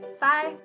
Bye